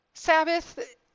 Sabbath